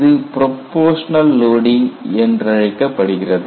இது proportional loading என்றழைக்கப்படுகிறது